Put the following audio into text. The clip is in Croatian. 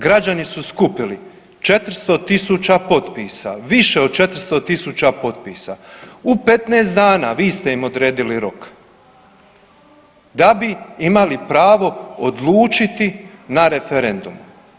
Građani su skupili 400.000 potpisa, više od 400.000 potpisa u 15 dana, vi ste im odredili rok da bi imali pravo odlučiti na referendumu.